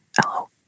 hello